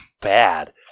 bad